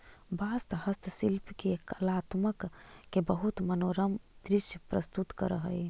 बाँस हस्तशिल्पि के कलात्मकत के बहुत मनोरम दृश्य प्रस्तुत करऽ हई